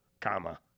comma